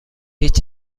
هیچ